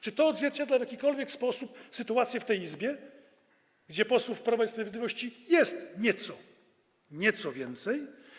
Czy to odzwierciedla w jakikolwiek sposób sytuację w tej Izbie, gdzie posłów Prawa i Sprawiedliwości jest nieco - nieco - więcej?